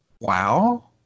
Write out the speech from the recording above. wow